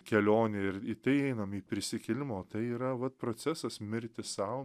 kelionė ir į tai einam į prisikėlimo tai yra vat procesas mirti sau